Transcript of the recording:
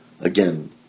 again